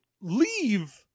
leave